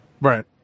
Right